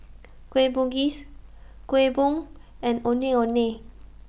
Kueh Bugis Kuih Bom and Ondeh Ondeh